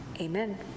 Amen